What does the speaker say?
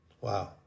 Wow